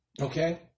okay